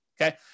okay